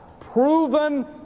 proven